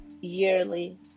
yearly